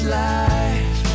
life